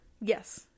Yes